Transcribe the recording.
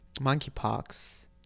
monkeypox